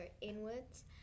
inwards